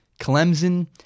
Clemson